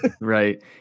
Right